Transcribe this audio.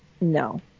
No